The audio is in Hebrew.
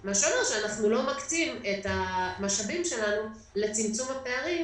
מה שאומר שאנחנו לא מקצים את המשאבים שלנו לצמצום הפערים,